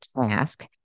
task